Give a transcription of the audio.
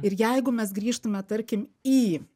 ir jeigu mes grįžtume tarkim į